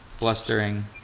blustering